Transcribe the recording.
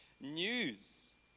News